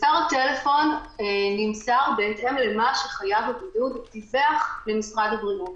מס' הטלפון נמסר בהתאם למה שחייב הבידוק דיווח למשרד הבריאות.